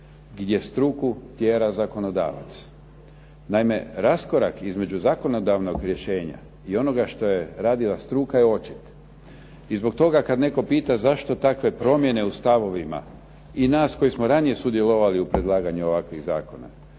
gdje struku tjera zakonodavac. Naime, raskorak između zakonodavnog rješenja i onoga što je radila struka je očit. I zbog toga kada netko pita zašto takve promjene u stavovima i nas koji smo ranije sudjelovali u predlaganju ovakvih Zakona,